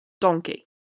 donkey